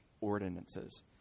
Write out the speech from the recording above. ordinances